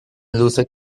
luther